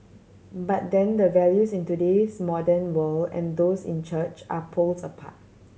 but then the values in today's modern world and those in church are poles apart